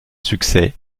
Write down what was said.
succès